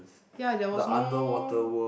ya there was no